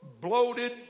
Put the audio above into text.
bloated